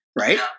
right